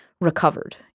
recovered